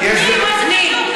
פנים.